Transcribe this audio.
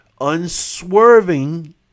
unswerving